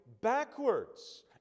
backwards